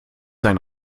sein